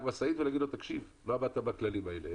משאית ולהגיד לו: לא עמדת בכללים האלה.